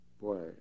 Boy